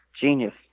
Genius